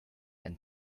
and